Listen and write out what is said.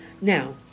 Now